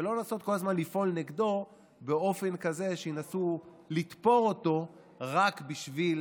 ולא לנסות כל הזמן לפעול נגדו באופן כזה שינסו לתפור אותו רק בשביל